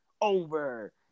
over